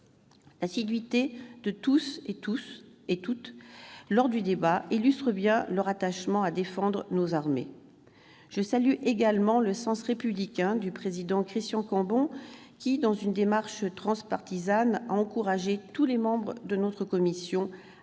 L'assiduité de toutes et tous lors du débat illustre bien leur attachement à défendre nos armées. Je salue également le sens républicain du président Christian Cambon, qui, dans une démarche transpartisane, a encouragé tous les membres de notre commission à s'investir